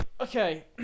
okay